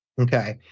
Okay